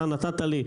אתה נתת לי,